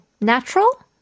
natural